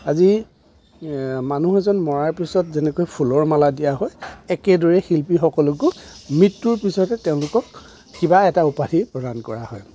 আজি মানুহ এজন মৰাৰ পিছত যেনেকৈ ফুলৰ মালা দিয়া হয় একেদৰে শিল্পীসকলকো মৃত্যুৰ পিছতহে তেওঁলোকক কিবা এটা উপাধি প্ৰদান কৰা হয়